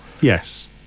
Yes